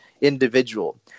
individual